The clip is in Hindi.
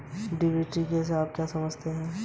डिडक्टिबल से आप क्या समझते हैं?